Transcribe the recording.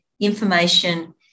information